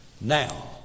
Now